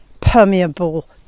permeable